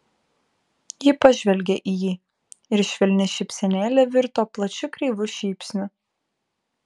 ji pažvelgė į jį ir švelni šypsenėlė virto plačiu kreivu šypsniu